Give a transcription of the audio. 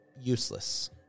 useless